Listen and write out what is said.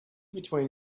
between